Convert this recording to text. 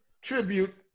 tribute